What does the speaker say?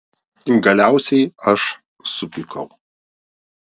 galiausiai aš supykau